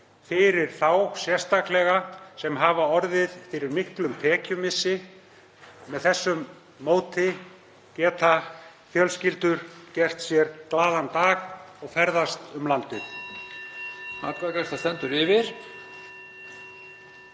fyrir þá sérstaklega sem hafa orðið fyrir miklum tekjumissi. Með þessu móti geta fjölskyldur gert sér glaðan dag og ferðast um landið.